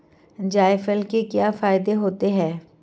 जायफल के क्या फायदे होते हैं?